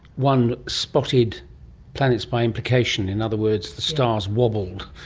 one spotted planets by implication, in other words stars wobbled.